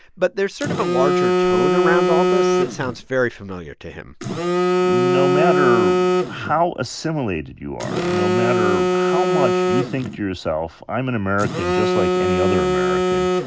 but there's sort of a larger tone around all this that sounds very familiar to him no matter how assimilated you are, no matter how much you think to yourself, i'm an american just like any other american,